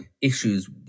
issues